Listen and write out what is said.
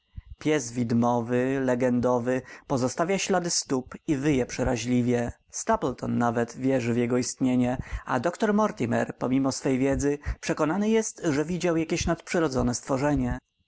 pies widmowy legendowy pozostawia ślady stóp i wyje przeraźliwie stapleton nawet wierzy w jego istnienie a doktor mortimer pomimo swej wiedzy przekonany jest że widział jakieś nadprzyrodzone stworzenie